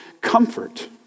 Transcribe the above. comfort